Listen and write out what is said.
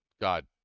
God